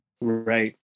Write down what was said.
Right